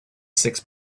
six